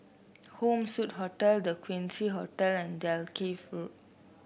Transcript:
Home Suite Hotel The Quincy Hotel and Dalkeith Road